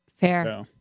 Fair